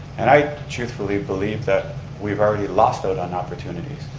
and i truthfully believe that we've already lost ah and on opportunities.